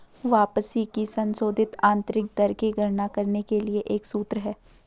वापसी की संशोधित आंतरिक दर की गणना करने के लिए एक सूत्र है